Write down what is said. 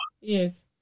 Yes